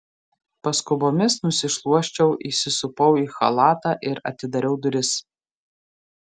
paskubomis nusišluosčiau įsisupau į chalatą ir atidariau duris